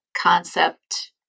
concept